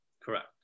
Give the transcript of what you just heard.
Correct